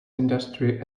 industry